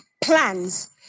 plans